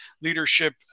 leadership